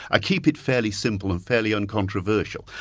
i keep it fairly simple and fairly uncontroversial.